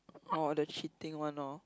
orh the cheating one lor